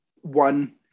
one